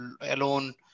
alone